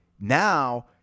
now